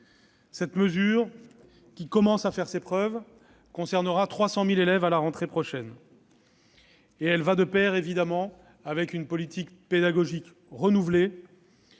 Cette mesure, qui commence à faire ses preuves, concernera 300 000 élèves à la rentrée prochaine. Elle va évidemment de pair avec une politique pédagogique renouvelée,